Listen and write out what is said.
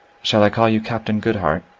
shall i call you captain goodhart?